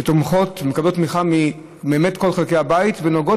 שבאמת שמקבלות תמיכה מכל חלקי הבית ונוגעות